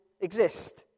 exist